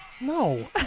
No